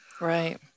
Right